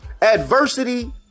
adversity